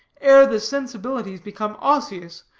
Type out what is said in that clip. ere the sensibilities become osseous,